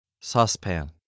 Saucepan